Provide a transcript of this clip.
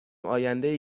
آیندهای